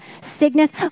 sickness